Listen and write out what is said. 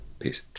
Peace